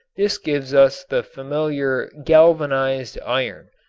this gives us the familiar galvanized iron,